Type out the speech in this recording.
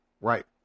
Right